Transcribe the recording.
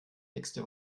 nächste